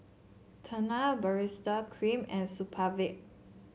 Tena Baritex Cream and Supravit